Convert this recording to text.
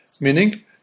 Meaning